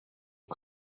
che